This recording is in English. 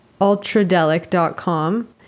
ultradelic.com